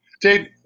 Dave